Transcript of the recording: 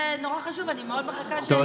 זה נורא חשוב, אני מאוד מחכה שתגיב לזה.